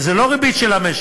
וזה לא ריבית של המשק.